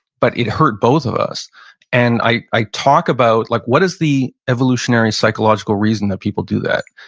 but it hurt both of us and i talk about, like what is the evolutionary psychological reason that people do that?